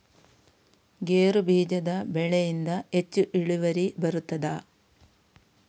ಗೇರು ಬೀಜದ ಬೆಳೆಯಿಂದ ಹೆಚ್ಚು ಇಳುವರಿ ಬರುತ್ತದಾ?